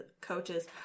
coaches